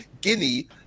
Guinea